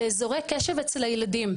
ואזורי קשב אצל הילדים.